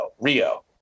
Rio